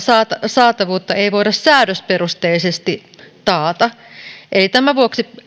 saatavuutta ei voida säädösperusteisesti taata tämän vuoksi